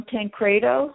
Tancredo